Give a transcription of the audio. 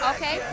Okay